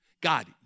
God